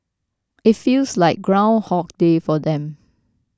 it feels like ground hog day for them